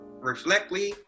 Reflectly